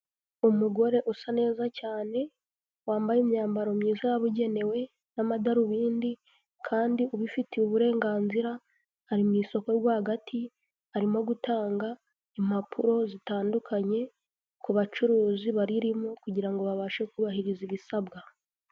Umugore usa neza cyane, wambaye imyambaro myiza yababugenewe n'amadarubindi kandi ubifitiye uburenganzira, ari mu isoko rwagati, arimo gutanga impapuro zitandukanye ku bacuruzi baririmo kugira ngo babashe kubahiriza ibisabwa.